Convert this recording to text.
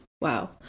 Wow